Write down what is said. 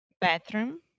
Bathroom